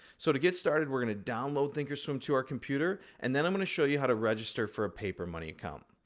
so to get started, we're going to download thinkorswim to our computer, and then i'm going to show you how to register for a papermoney account.